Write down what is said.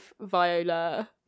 Viola